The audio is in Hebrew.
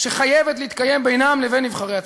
שחייבת להתקיים בינם לבין נבחרי הציבור,